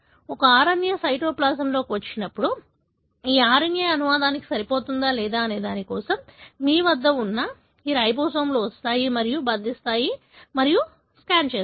ఒక RNA సైటోప్లాజంలోకి వచ్చినప్పుడు ఈ RNA అనువాదానికి సరిపోతుందా లేదా అనేదాని కోసం మీ వద్ద ఈ రైబోజోమ్లు వస్తాయి మరియు బంధిస్తాయి మరియు స్కాన్ చేస్తాయి